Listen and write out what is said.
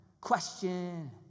question